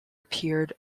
appeared